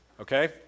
Okay